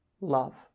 love